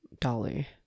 dolly